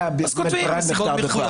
אז כותבים נסיבות מיוחדות.